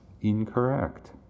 incorrect